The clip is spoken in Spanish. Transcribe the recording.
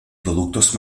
productos